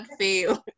fail